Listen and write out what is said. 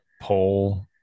poll